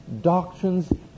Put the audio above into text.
doctrines